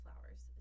flowers